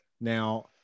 Now